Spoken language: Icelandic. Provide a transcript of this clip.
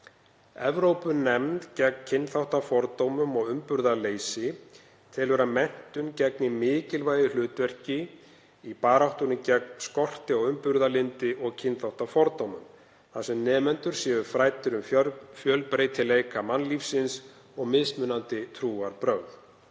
Evrópunefnd gegn kynþáttafordómum og umburðarleysi telur að menntun gegni mikilvægu hlutverki í baráttunni gegn skorti á umburðarlyndi og kynþáttafordómum, þar sem nemendur séu fræddir um fjölbreytileika mannlífsins og mismunandi trúarbrögð.